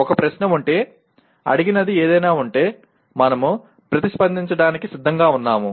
ఒక ప్రశ్న ఉంటే అడిగినది ఏదైనా ఉంటే మనము స్పందించడానికి సిద్ధంగా ఉన్నాము